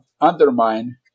undermine